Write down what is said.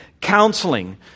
counseling